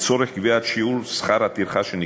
לצורך קביעת שיעור שכר הטרחה שנגבה.